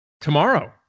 tomorrow